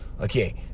Okay